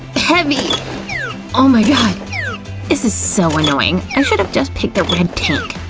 heavy oh, my god! this is so annoying, i should have just picked the red tank!